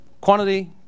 quantity